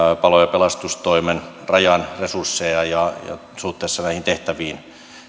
pelastustoimen rajan resursseja suhteessa näihin tehtäviin